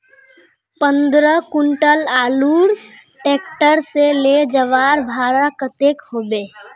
पंद्रह कुंटल आलूर ट्रैक्टर से ले जवार भाड़ा कतेक होबे?